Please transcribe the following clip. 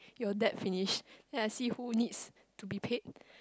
your debt finish then I see who needs to be paid